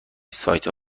سایتها